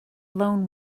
loan